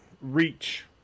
reach